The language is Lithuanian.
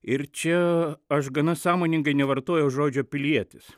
ir čia aš gana sąmoningai nevartojau žodžio pilietis